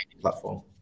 platform